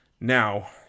Now